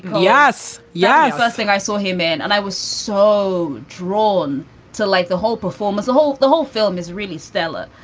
yes. yeah. first thing i saw him in and i was so drawn to, like the whole performers, the whole the whole film is really stellar.